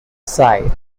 side